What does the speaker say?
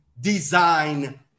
design